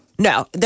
No